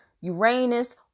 Uranus